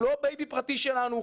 הוא לא בייבי פרטי שלנו,